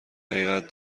حقیقت